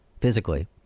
physically